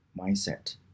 mindset